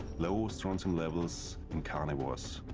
low strontium levels in carnivores.